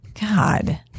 god